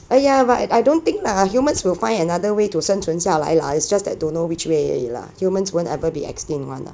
oh ya but I don't think lah humans will find another way to 生存下来 lah it's just that don't know which way 而已 lah humans won't ever be extinct [one] lah